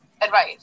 advice